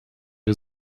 wir